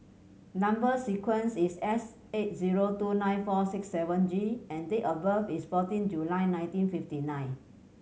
number sequence is S eight zero two nine four six seven G and date of birth is fourteen July nineteen fifty nine